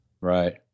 Right